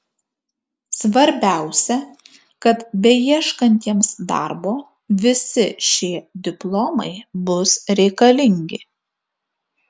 svarbiausia kad beieškantiems darbo visi šie diplomai bus reikalingi